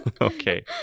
okay